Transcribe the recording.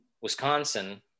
Wisconsin